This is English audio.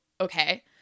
okay